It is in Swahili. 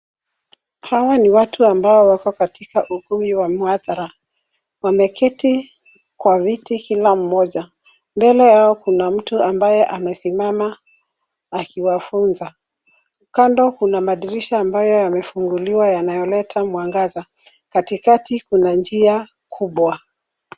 Hawa ni watu ambao wako katika ukumbi wa muhadhara. Wameketi kwa viti kila mmoja. Mbele yao kuna mtu ambaye amesimama akiwafunza. Kando kuna madirisha ambayo yamefunguliwa yanayoleta mwangaza. Katikati kuna njia kubwa.